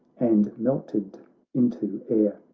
and melted into air.